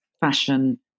fashion